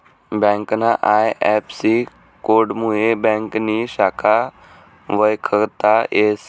ब्यांकना आय.एफ.सी.कोडमुये ब्यांकनी शाखा वयखता येस